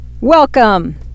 Welcome